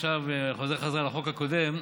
עכשיו אני חוזר חזרה לחוק הקודם,